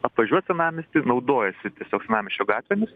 apvažiuot senamiestį naudojosi tiesiog senamiesčio gatvėmis